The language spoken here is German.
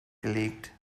gelegt